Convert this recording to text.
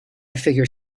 figure